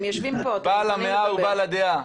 בעל המאה הוא בעל הדעה.